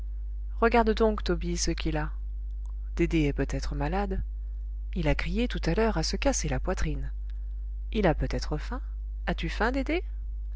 regarde donc tobie ce qu'il a dédé est peut-être malade il a crié tout à l'heure à se casser la poitrine il a peut-être faim as-tu faim